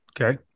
Okay